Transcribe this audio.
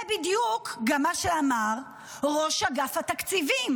זה גם בדיוק מה שאמר ראש אגף התקציבים.